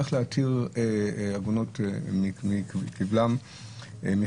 רק ניסו למצוא איך להתיר עגונות מכבל עגינותן.